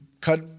cut